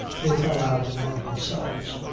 they fell out among themselves